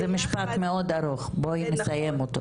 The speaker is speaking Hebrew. זה משפט מאוד ארוך בואי נסיים אותו.